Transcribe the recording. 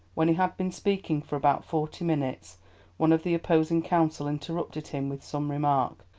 when he had been speaking for about forty minutes one of the opposing counsel interrupted him with some remark,